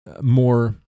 more